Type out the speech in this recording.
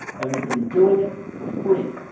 and we could be doing it for free.